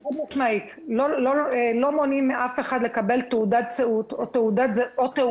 לא מונעים מאף אחד לקבל תעודת זהות או תעודה